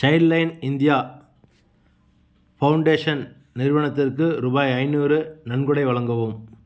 child line India foundation நிறுவனத்திற்கு ரூபாய் ஐந்நூறு நன்கொடை வழங்கவும்